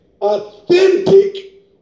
authentic